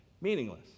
meaningless